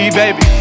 baby